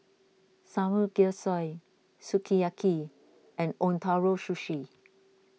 Samgyeopsal Sukiyaki and Ootoro Sushi